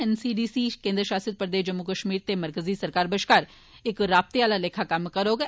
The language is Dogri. एनसीडीसी केन्द्र शासित प्रदेश जम्मू कश्मीर ते मरकज़ी सरकार बश्कार इक राबतें आह्ला लेखा कम्म करोग